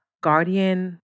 guardian